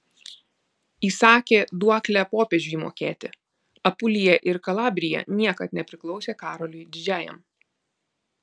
įsakė duoklę popiežiui mokėti apulija ir kalabrija niekad nepriklausė karoliui didžiajam